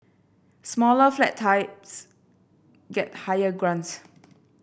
smaller flat types get higher grants